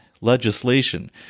legislation